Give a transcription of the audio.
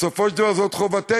בסופו של דבר זאת חובתנו.